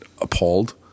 appalled